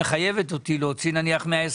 זה אומר שאו שתקצבנו אותו בתקציב בהערכת יתר,